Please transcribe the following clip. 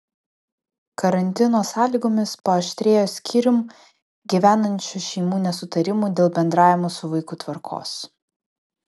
karantino sąlygomis paaštrėjo skyrium gyvenančių šeimų nesutarimų dėl bendravimo su vaiku tvarkos